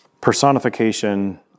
personification